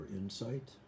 insight